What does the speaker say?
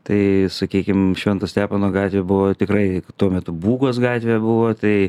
tai sakykim švento stepono gatvė buvo tikrai tuo metu būgos gatvė buvo tai